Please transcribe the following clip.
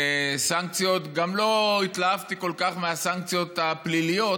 וגם לא התלהבתי כל כך מהסנקציות הפליליות,